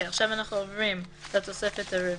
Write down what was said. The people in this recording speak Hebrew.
אנחנו עוברים לתוספת רביעית.